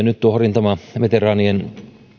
nyt liittyen rintamaveteraanien